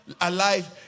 alive